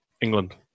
England